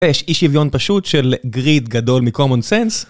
יש אי שוויון פשוט של גריד גדול מקומון סנס.